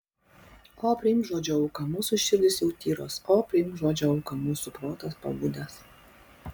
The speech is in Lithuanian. o priimk žodžio auką mūsų širdys jau tyros o priimk žodžio auką mūsų protas pabudęs